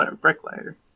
Bricklayer